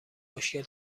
مشکل